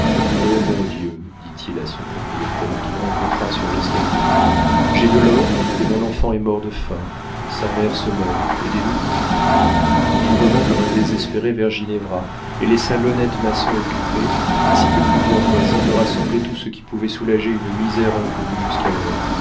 o mon dieu dit-il à son propriétaire qu'il rencontra sur l'escalier j'ai de l'or et mon enfant est mort de faim sa mère se meurt aidez-nous il revint comme un désespéré vers ginevra et laissa l'honnête maçon occupé ainsi que plusieurs voisins de rassembler tout ce qui pouvait soulager une misère inconnue jusqu'alors